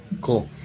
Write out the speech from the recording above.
Cool